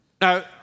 Now